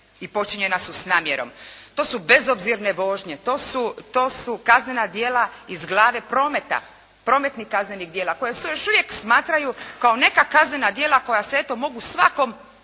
i počinjena su s namjernom. To su bezobzirne vožnje, to su kaznena djela iz glave prometa, prometnih kaznenih djela koji se još uvijek smatraju kao neka kaznena djela koja se eto mogu svakom